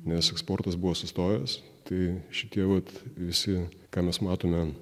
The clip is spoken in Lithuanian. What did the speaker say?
nes eksportas buvo sustojęs tai šitie vat visi ką mes matome